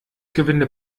gewinde